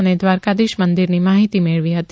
અને દ્વારકાધીશ મંદીરની માહિતી મેળવી હતી